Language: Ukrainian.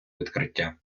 відкриття